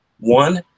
one